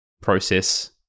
process